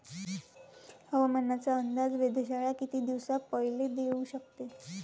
हवामानाचा अंदाज वेधशाळा किती दिवसा पयले देऊ शकते?